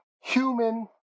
human